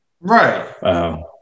Right